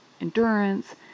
endurance